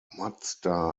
mazda